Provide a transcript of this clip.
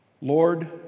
Lord